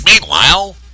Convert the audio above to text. Meanwhile